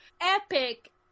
epic